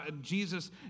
Jesus